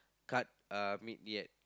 cut uh meat yet